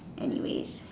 anyways